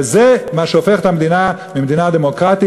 וזה מה שהופך את המדינה ממדינה דמוקרטית